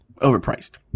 overpriced